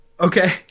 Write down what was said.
Okay